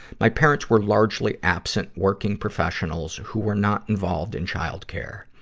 my parents were largely absent working professionals who were not involved in childcare.